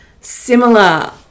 similar